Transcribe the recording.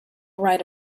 right